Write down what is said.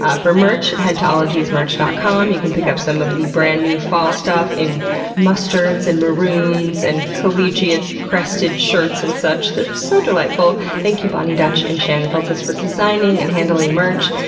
ah for merch, head to ologiesmerch dot com. you can pick up some of the brand new fall stuff in mustards, and maroons, and collegiate-crested shirts and such. they're so delightful. thank you boni dutch and shannon feltus for designing and handling merch.